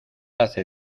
hace